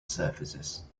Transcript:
services